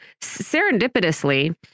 serendipitously